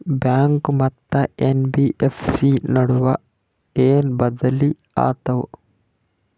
Bank ಮತ್ತ NBFC ನಡುವ ಏನ ಬದಲಿ ಆತವ?